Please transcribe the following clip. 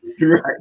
right